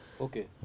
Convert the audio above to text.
Okay